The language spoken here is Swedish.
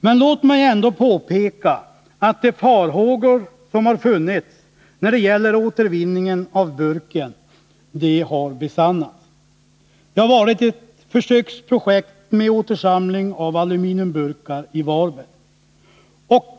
Men låt mig ändå påpeka att de farhågor som har funnits när det gäller återvinning av burken har besannats. Det har varit ett försöksprojekt med uppsamling av aluminiumburkar i Varberg.